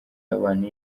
y’abantu